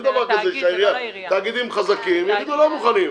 אין דבר כזה שתאגידים חזקים יגידו שהם לא מוכנים.